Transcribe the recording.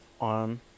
on